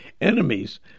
enemies